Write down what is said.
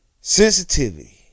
sensitivity